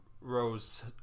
Rose